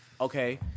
okay